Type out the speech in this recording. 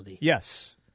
Yes